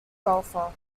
golfer